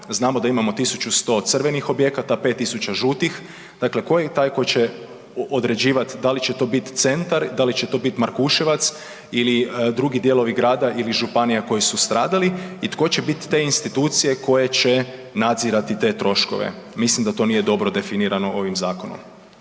Znamo da imamo 1100 crvenih objekata, 5000 žutih, dakle tko je taj tko će određivat da li će to biti centar, da li će to biti Markuševac ili drugi dijelovi grada ili županija koji su stradali i tko će biti te institucije koje će nadzirati te troškove. Mislim da to nije dobro definirano ovim zakonom.